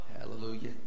Hallelujah